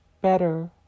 better